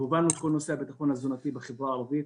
הובלנו את כל נושא הביטחון התזונתי בחברה הערבית.